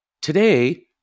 Today